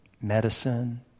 medicine